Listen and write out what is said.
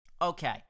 Okay